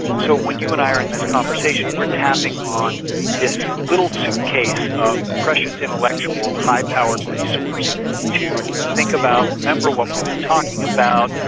so when you and i are in this conversation, we're tapping on this little suitcase of precious intellectual high-powered resource to think about remember what we were talking about,